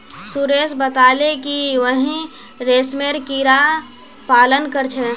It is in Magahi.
सुरेश बताले कि वहेइं रेशमेर कीड़ा पालन कर छे